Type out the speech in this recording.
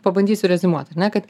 pabandysiu reziumuot ar ne kad